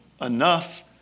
enough